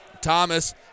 Thomas